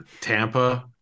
Tampa